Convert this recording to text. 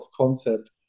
concept